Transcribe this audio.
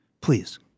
Please